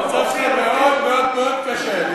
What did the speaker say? המצב שלך מאוד מאוד מאוד קשה.